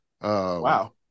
Wow